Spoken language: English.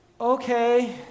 okay